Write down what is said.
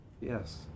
Yes